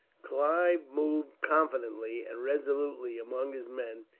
clive moved confidently and resolutely among his men,